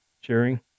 sharing